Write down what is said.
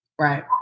Right